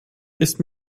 ist